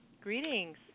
Greetings